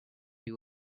you